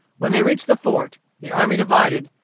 when they reached the fort, the army divided,